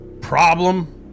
problem